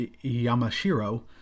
Yamashiro